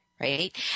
right